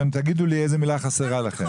תגידו לי איזה מילה חסרה לכם.